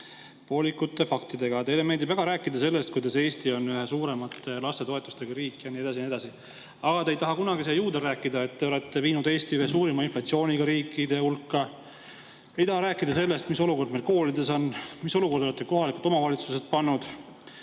poolikute faktidega. Teile meeldib väga rääkida sellest, kuidas Eesti on üks suuremate lastetoetustega riik ja nii edasi ja nii edasi. Aga te ei taha kunagi siia juurde rääkida sellest, et te olete viinud Eesti suurima inflatsiooniga riikide hulka. Te ei taha rääkida sellest, mis olukord meil koolides on, mis olukorda te olete kohalikud omavalitsused pannud.